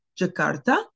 Jakarta